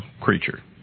creature